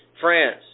France